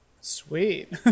sweet